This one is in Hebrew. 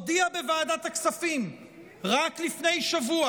הודיע בוועדת הכספים רק לפני שבוע